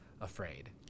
afraid